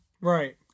Right